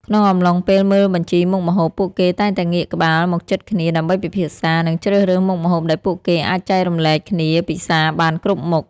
ក្នុងអំឡុងពេលមើលបញ្ជីមុខម្ហូប ពួកគេតែងតែងាកក្បាលមកជិតគ្នា ដើម្បីពិភាក្សា និងជ្រើសរើសមុខម្ហូបដែលពួកគេអាចចែករំលែកគ្នាពិសារបានគ្រប់មុខ។